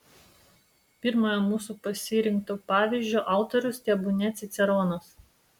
pirmojo mūsų pasirinkto pavyzdžio autorius tebūnie ciceronas